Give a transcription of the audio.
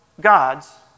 gods